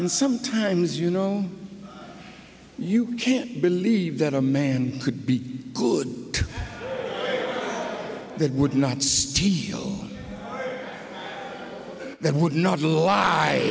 and sometimes you know you can't believe that a man could be good that would not steal that would not a lie